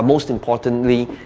most importantly,